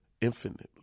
infinitely